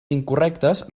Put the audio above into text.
incorrectes